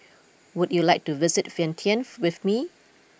would you like to visit Vientiane with me